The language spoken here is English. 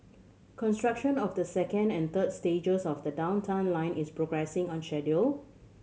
construction of the second and third stages of the Downtown Line is progressing on schedule